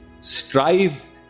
strive